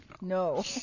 No